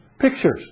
Pictures